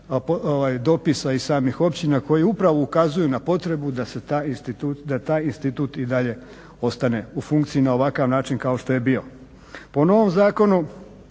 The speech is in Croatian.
dopisa iz samih općina koji upravo ukazuju na potrebu da taj institut i dalje ostane u funkciji na ovakav način kao što je bio. Po novom zakonu